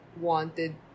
wanted